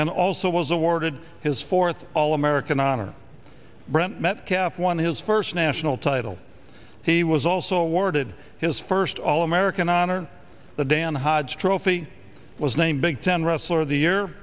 and also was awarded his fourth all american honor brett metcalf won his first national title he was also awarded his first all american honor the dan hodge trophy was named big ten wrestler of the year